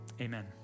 Amen